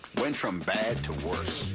went from bad to worse.